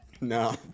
No